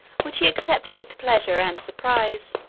which he accepted with pleasure and surprise